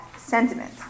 sentiment